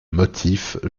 motifs